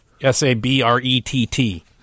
S-A-B-R-E-T-T